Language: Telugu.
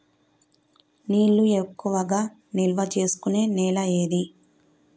నీళ్లు ఎక్కువగా నిల్వ చేసుకునే నేల ఏది?